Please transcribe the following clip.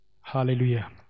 Hallelujah